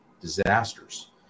disasters